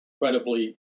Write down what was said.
incredibly